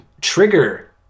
trigger